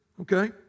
Okay